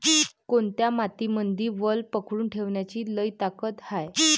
कोनत्या मातीमंदी वल पकडून ठेवण्याची लई ताकद हाये?